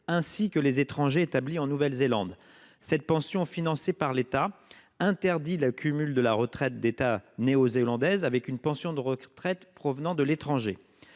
ainsi que les étrangers établis dans ce pays. Cette pension financée par l’État interdit le cumul de la retraite d’État néo-zélandaise avec une pension de retraite provenant de l’étranger.